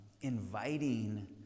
inviting